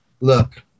look